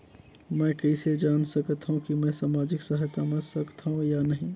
मै कइसे जान सकथव कि मैं समाजिक सहायता पा सकथव या नहीं?